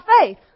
faith